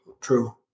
True